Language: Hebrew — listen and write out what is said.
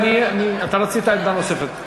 אתה רצית עמדה נוספת.